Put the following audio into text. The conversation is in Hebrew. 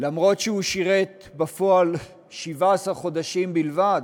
אף שהוא שירת בפועל 17 חודשים בלבד,